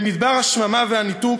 במדבר השממה והניתוק,